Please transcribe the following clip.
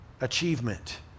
achievement